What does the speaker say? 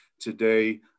today